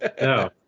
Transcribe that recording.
No